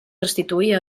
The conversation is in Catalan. restituir